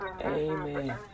Amen